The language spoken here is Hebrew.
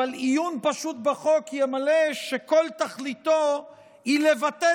אבל עיון פשוט בחוק יגלה שכל תכליתו היא לבטל